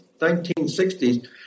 1960s